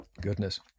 Goodness